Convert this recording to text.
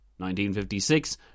1956